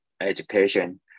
education